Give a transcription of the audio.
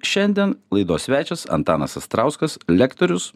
šiandien laidos svečias antanas astrauskas lektorius